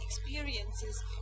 experiences